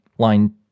Line